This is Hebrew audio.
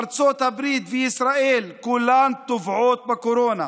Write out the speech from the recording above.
ארצות הברית וישראל כולן טובעות בקורונה,